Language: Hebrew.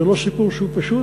זה לא סיפור שהוא פשוט,